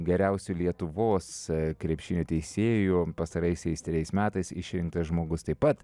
geriausiu lietuvos krepšinio teisėju pastaraisiais trejais metais išrinktas žmogus taip pat